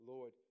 Lord